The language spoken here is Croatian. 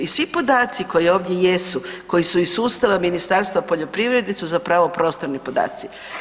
I svi podaci koji ovdje jesu, koji su iz sustava iz Ministarstva poljoprivrede su zapravo prostorni podaci.